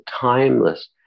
timeless